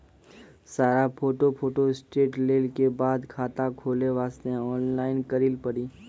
सारा photo photostat लेल के बाद खाता खोले वास्ते ऑनलाइन करिल पड़ी?